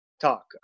talk